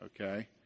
Okay